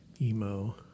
emo